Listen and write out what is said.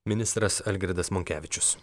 ministras algirdas monkevičius